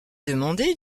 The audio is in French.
demandée